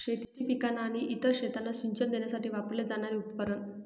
शेती पिकांना आणि इतर शेतांना सिंचन देण्यासाठी वापरले जाणारे उपकरण